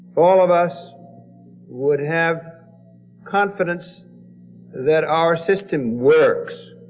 all of us would have confidence that our system works.